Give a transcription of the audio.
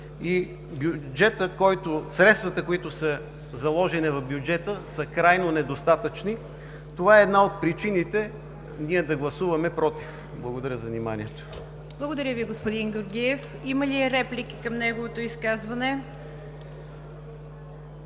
и средствата, които са заложени в бюджета, са крайно недостатъчни. Това е една от причините ние да гласуваме „против“. Благодаря за вниманието. ПРЕДСЕДАТЕЛ НИГЯР ДЖАФЕР: Благодаря Ви, господин Георгиев. Има ли реплики към неговото изказване?